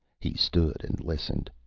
he stood and listened.